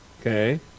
Okay